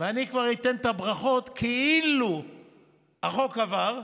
ואני כבר אתן את הברכות כאילו החוק עבר,